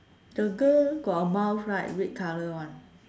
the girl got the mouth right red colour one